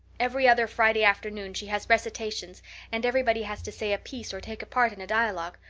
every other friday afternoon she has recitations and everybody has to say a piece or take part in a dialogue.